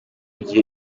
gihe